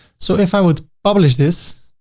so if i would publish this,